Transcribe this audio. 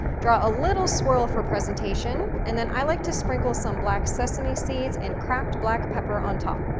draw a little swirl for presentation and then i like to sprinkle some black sesame seeds and cracked black pepper on top.